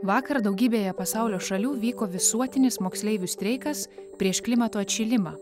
vakar daugybėje pasaulio šalių vyko visuotinis moksleivių streikas prieš klimato atšilimą